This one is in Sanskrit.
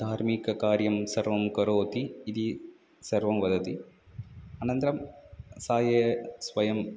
धार्मिककार्यं सर्वं करोति इति सर्वं वदति अनन्तरं सा ये स्वयम्